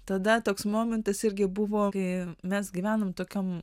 tada toks momentas irgi buvo kai mes gyvenom tokiam